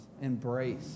embrace